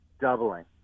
doubling